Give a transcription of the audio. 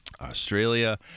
Australia